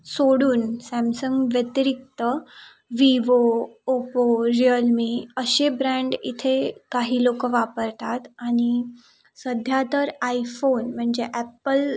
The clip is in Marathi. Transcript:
सोडून सॅमसंग व्यतिरिक्त विवो ओप्पो रिअलमी असे ब्रँड इथे काही लोक वापरतात आणि सध्या तर आयफोन म्हणजे ॲप्पल